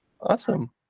Awesome